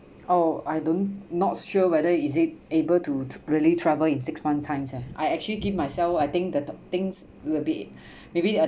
oh I don't not sure whether is it able to tr~ really travel in six months' times leh I actually give myself I think the the things will be maybe uh